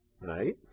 right